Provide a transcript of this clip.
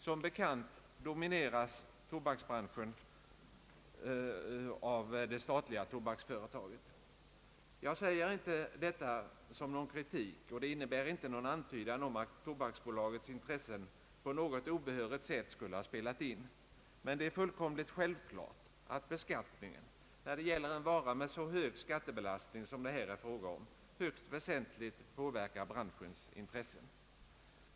Som bekant domineras tobaksbranschen av det statliga företaget. Jag säger inte detta som någon kritik, och det innebär inte någon antydan om att tobaksbolagets intressen på något obehörigt sätt skulle ha spelat in. Men det är fullkomligt självklart att beskattningen, när det gäller en vara med så hög skattebelastning det här är fråga om, högst väsentligt påverkar branschens intressen.